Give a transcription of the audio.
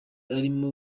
arimo